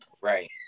Right